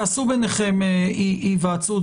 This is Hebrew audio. תעשו ביניכם היוועצות,